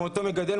מאותו מגדל,